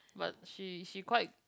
but she she quite